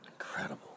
Incredible